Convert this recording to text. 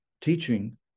teaching